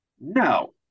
no